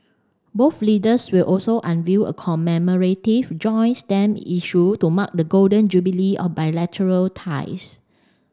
both leaders will also unveil a commemorative joint stamp issue to mark the Golden Jubilee of bilateral ties